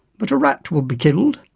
but a rat would be killed,